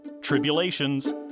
tribulations